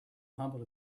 humble